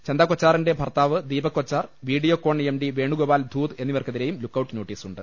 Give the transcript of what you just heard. ചന്ദ് കൊച്ചാറിന്റെ ഭർത്താവ് Deepak Kochhar Videocon MD Venugopal Dhoot എന്നിവർക്കെതിരെയും ലുക്കൌട്ട് നോട്ടീസുണ്ട്